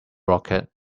rocket